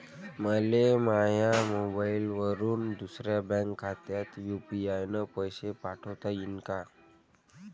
मले माह्या मोबाईलवरून दुसऱ्या बँक खात्यात यू.पी.आय न पैसे पाठोता येईन काय?